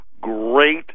Great